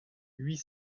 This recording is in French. huit